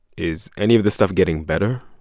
is any of this stuff getting better?